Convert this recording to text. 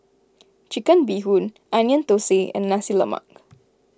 Chicken Bee Hoon Onion Thosai and Nasi Lemak